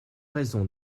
raison